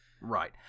Right